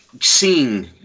seeing